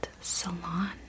salon